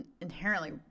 inherently